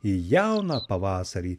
į jauną pavasarį